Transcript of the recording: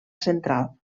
central